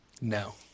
No